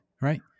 Right